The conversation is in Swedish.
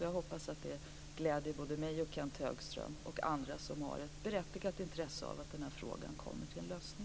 Jag hoppas att det gläder mig, Kenth Högström och andra som har ett berättigat intresse av att den här frågan får en lösning.